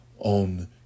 On